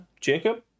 Jacob